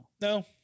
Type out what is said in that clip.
no